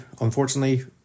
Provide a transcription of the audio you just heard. Unfortunately